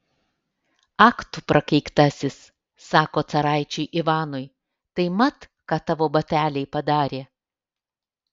ak tu prakeiktasis sako caraičiui ivanui tai mat ką tavo bateliai padarė